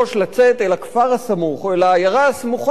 לצאת אל הכפר הסמוך או אל העיירה הסמוכה,